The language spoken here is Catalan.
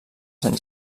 sant